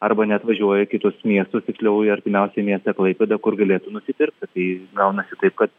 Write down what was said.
arba net važiuoja į kitus miestus tiksliau į artimiausią miestą į klaipėdą kur galėtų nusipirkti tai gaunasi taip kad